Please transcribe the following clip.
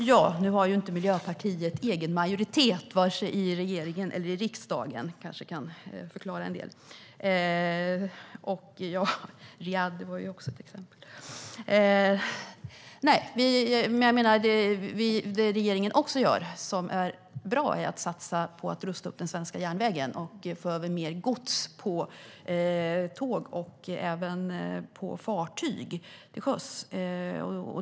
Herr talman! Nu har Miljöpartiet inte egen majoritet vare sig i regeringen eller i riksdagen. Det kan kanske förklara en del. Och Riyadh var ju också ett exempel. Det som regeringen också gör och som är bra är att satsa på att rusta upp den svenska järnvägen för att få över mer gods på tåg och även att få över mer gods på fartyg till sjöss.